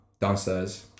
downstairs